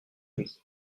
nuit